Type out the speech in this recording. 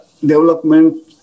development